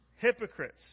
hypocrites